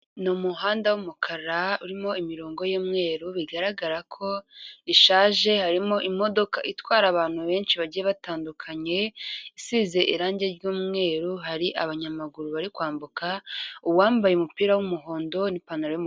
Ni umuhanda w'umukara urimo imirongo y'umweru bigaragara ko ishaje, harimo imodoka itwara abantu benshi bagiye batandukanye, isize irangi ry'umweru, hari abanyamaguru bari kwambuka, uwambaye umupira w'umuhondo n'ipantaro'umukara.